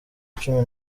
cumi